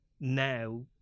now